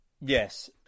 Yes